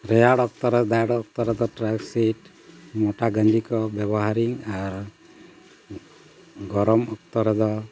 ᱨᱮᱭᱟᱲ ᱚᱠᱛᱚ ᱨᱮ ᱫᱟᱹᱲ ᱚᱠᱛᱚ ᱨᱮᱫᱚ ᱴᱨᱟᱠᱥᱩᱴ ᱢᱚᱴᱟ ᱜᱟᱧᱡᱤ ᱠᱚ ᱵᱮᱵᱚᱦᱟᱨᱟᱹᱧ ᱟᱨ ᱜᱚᱨᱚᱢ ᱚᱠᱛᱚ ᱨᱮᱫᱚ